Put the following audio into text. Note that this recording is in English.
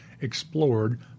explored